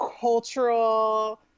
cultural